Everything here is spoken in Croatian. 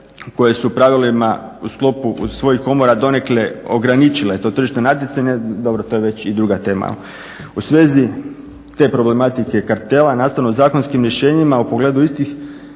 koje su u pravilima u sklopu svojih komora donekle ograničile to tržišno natjecanje dobro to je već i druga tema. U svezi te problematike kartela nastavno zakonskim rješenjima u pogledu istih,